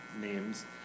names